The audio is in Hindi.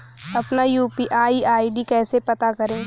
अपना यू.पी.आई आई.डी कैसे पता करें?